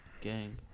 Gang